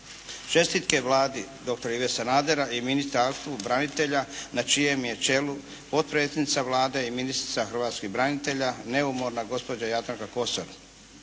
Čestitke Vladi dr. Ive Sanadera i Ministarstvu branitelja na čijem je čelu potpredsjednica Vlade i ministrica hrvatskih branitelja, neumorna gospođa Jadranka Kosor.